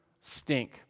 stink